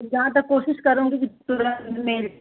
जहाँ तक कोशिश करूँगी कि तुरंत मिल जाए